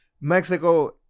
Mexico